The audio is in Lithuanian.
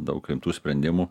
daug rimtų sprendimų